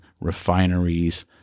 refineries